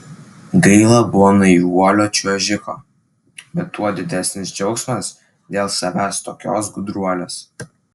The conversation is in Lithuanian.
gaila buvo naivuolio čiuožiko bet tuo didesnis džiaugsmas dėl savęs tokios gudruolės